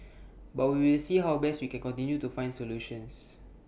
but we will see how best we can continue to find solutions